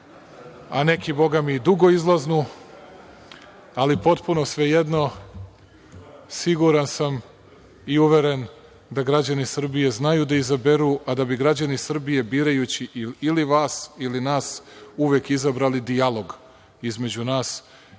a neki boga mi i dugoizlaznu. Potpuno svejedno, siguran sam i uveren da građani Srbije znaju da izaberu, a da bi građani Srbije, birajući ili vas, ili nas, uvek izabrali dijalog između nas, kao